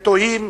ותוהים: